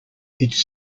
its